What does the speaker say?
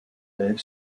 élève